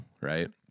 right